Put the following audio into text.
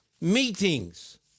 meetings